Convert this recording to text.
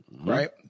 right